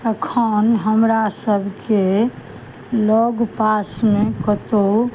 तखन हमरा सबके लग पासमे कतौ